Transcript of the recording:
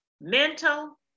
mental